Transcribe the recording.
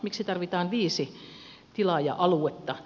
miksi tarvitaan viisi tilaaja aluetta